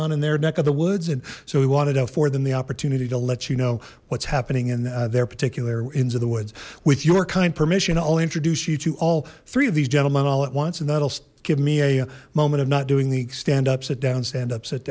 on in their neck of the woods and so we wanted to afford them the opportunity to let you know what's happening in their particular ends of the woods with your kind permission i'll introduce you to all three of these gentlemen all at once and that'll give me a moment of not doing the stand up sit down stand up sit